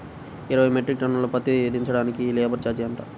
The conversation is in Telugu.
ఇరవై మెట్రిక్ టన్ను పత్తి దించటానికి లేబర్ ఛార్జీ ఎంత?